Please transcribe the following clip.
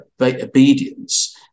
obedience